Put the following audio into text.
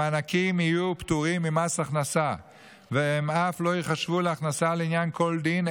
המענקים יהיו פטורים ממס הכנסה והם אף לא ייחשבו להכנסה לעניין כל דין,